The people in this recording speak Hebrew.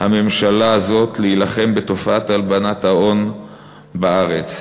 הממשלה הזאת להילחם בתופעת הלבנת ההון בארץ.